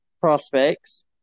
prospects